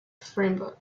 framework